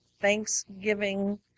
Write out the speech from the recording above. Thanksgiving